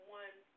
one